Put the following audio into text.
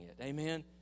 Amen